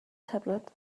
tablet